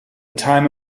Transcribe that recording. time